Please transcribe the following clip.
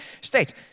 states